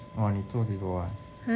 !wah! 你做给我 ah